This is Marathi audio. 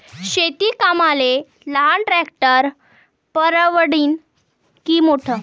शेती कामाले लहान ट्रॅक्टर परवडीनं की मोठं?